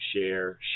share